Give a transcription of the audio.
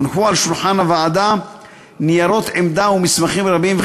הונחו על שולחן הוועדה ניירות עמדה ומסמכים רבים,